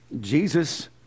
Jesus